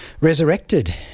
resurrected